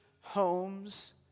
homes